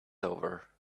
over